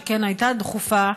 שכן הייתה דחופה,